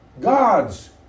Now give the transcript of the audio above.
God's